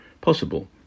possible